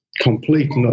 complete